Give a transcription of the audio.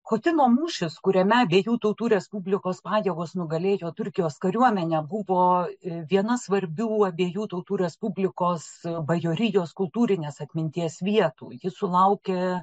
chotino mūšis kuriame abiejų tautų respublikos pajėgos nugalėjo turkijos kariuomenę buvo viena svarbių abiejų tautų respublikos bajorijos kultūrinės atminties vietų ji sulaukė